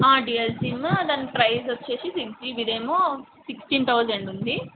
dual SIM దాని price వచ్చేసి six జీబీదేమో సిక్ట్సీన్ థౌజండ్ ఉంది